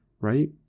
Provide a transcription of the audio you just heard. right